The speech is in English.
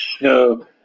No